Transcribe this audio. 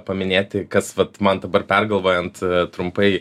paminėti kas vat man dabar pergalvojant trumpai